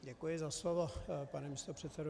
Děkuji za slovo, pane místopředsedo.